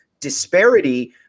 disparity